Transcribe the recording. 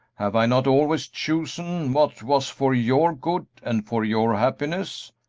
have i not always chosen what was for your good and for your happiness?